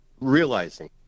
realizing